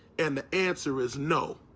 and the answer is no,